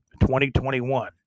2021